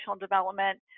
development